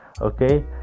okay